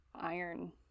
iron